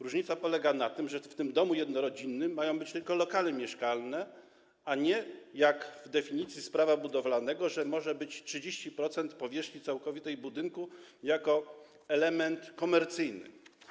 Różnica polega na tym, że w tym domu jednorodzinnym mają być tylko lokale mieszkalne, a nie, jak w definicji z Prawa budowlanego, że może być 30% powierzchni całkowitej budynku jako element komercyjny.